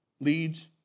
leads